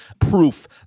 proof